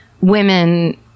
women